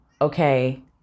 okay